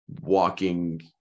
walking